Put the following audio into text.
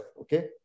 okay